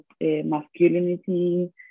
masculinity